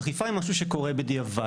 אכיפה היא משהו שקורה בדיעבד.